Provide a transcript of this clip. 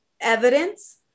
evidence